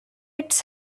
its